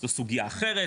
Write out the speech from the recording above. זה סוגייה אחרת,